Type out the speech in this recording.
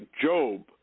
job